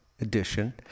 edition